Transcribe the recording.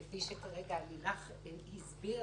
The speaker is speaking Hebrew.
כפי שכרגע לילך הסבירה,